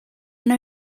know